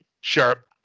Sure